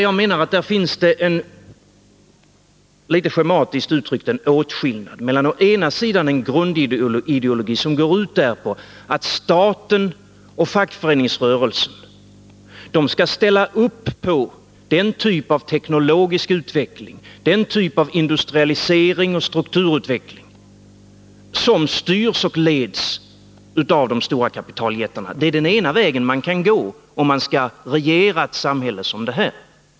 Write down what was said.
Jag menar att det där, litet schematiskt uttryckt, finns en åtskillnad mellan å ena sidan en grundideologi som går ut på att staten och fackföreningsrörelsen skall ställa upp på den typ av teknologisk utveckling, den typ av industrialisering och strukturutveckling som styrs och leds av de stora kapitaljättarna. Det är en väg man kan gå om man skall regera ett samhälle som detta.